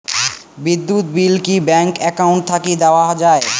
বিদ্যুৎ বিল কি bank account থাকি দেওয়া য়ায়?